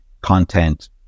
content